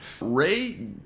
ray